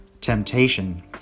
temptation